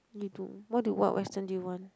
me too what do what Western do you want